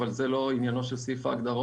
אבל זה לא עניינו של סעיף ההגדרות.